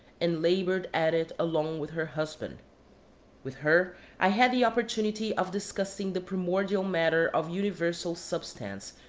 and laboured at it along with her husband with her i had the opportunity of discussing the primordial matter of universal substance,